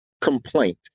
Complaint